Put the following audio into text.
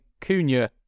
Cunha